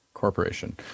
corporation